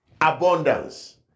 Abundance